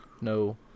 no